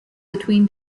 between